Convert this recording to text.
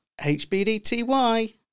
HBDTY